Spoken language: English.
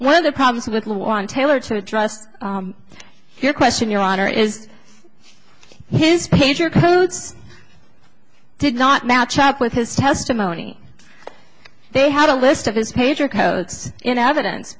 one of the problems with the war on taylor to address your question your honor is his pager codes did not match up with his testimony they had a list of his pager codes in evidence